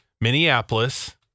Minneapolis